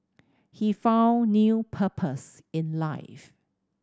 he found new purpose in life